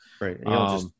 right